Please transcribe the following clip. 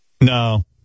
No